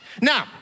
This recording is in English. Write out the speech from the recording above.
Now